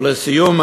ולסיום,